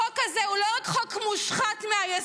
החוק הזה הוא לא רק חוק מושחת מהיסוד,